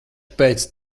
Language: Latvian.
pēc